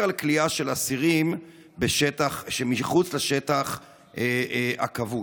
כליאה של אסירים בשטח שמחוץ לשטח הכבוש.